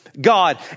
God